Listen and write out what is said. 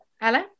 hello